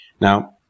Now